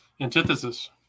Antithesis